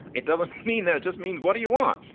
it doesn't mean that. it just means what do you want?